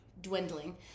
dwindling